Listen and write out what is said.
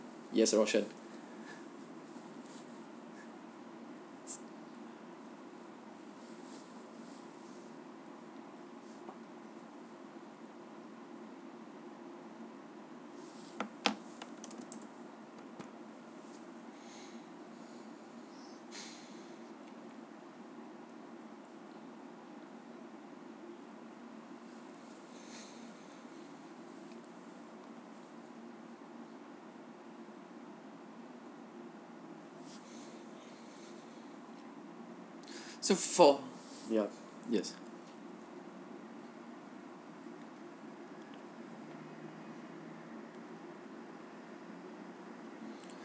yes rocient so for ya yes